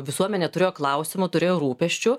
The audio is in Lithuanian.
visuomenė turėjo klausimų turėjo rūpesčių